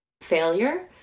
failure